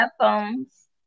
headphones